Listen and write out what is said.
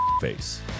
Face